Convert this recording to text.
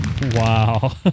Wow